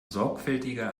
sorgfältiger